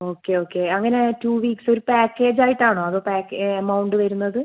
okay okay അങ്ങനെ two weeks ഒരു package ആയിട്ട് ആണോ അതോ പാക്ക് എമൗണ്ട് വരുന്നത്